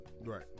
Right